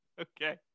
Okay